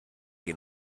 che